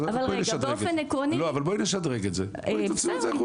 בואי נשדרג את זה, תוציאו את זה החוצה.